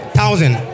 Thousand